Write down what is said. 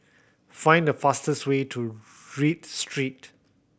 find the fastest way to Read Street